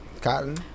Cotton